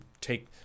take